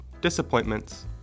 disappointments